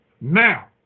Now